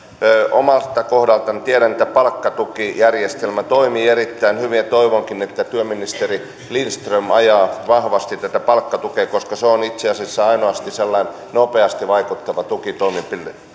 omalta kohdaltani tiedän että palkkatukijärjestelmä toimii erittäin hyvin ja toivonkin että työministeri lindström ajaa vahvasti tätä palkkatukea koska se on itse asiassa aidosti sellainen nopeasti vaikuttava tukitoimenpide